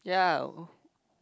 yeah